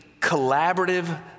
collaborative